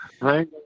Right